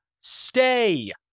stay